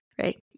right